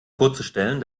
vorzustellen